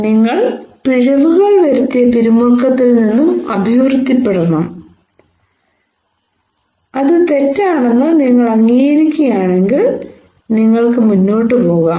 നിങ്ങൾ പിഴവുകൾ വരുത്തിയ പിരിമുറുക്കത്തിൽ നിന്നും അഭിവൃദ്ധിപ്പെടണം അതെ തെറ്റാണെന്ന് നിങ്ങൾ അംഗീകരിക്കുകയാണെങ്കിൽ നിങ്ങൾക്ക് മുന്നോട്ട് പോകാം